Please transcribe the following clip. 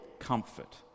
comfort